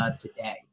today